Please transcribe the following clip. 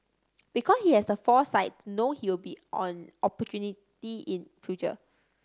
because he has the foresight know he will be an opportunity in future